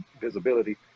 visibility